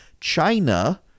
China